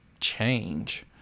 change